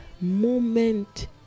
moment